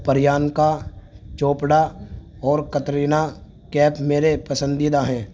پریانکا چوپڑا اور کٹرینہ کیف میرے پسندیدہ ہیں